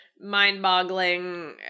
mind-boggling